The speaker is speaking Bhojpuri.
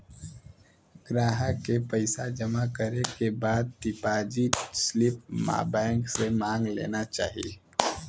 ग्राहक के पइसा जमा करे के बाद डिपाजिट स्लिप बैंक से मांग लेना चाही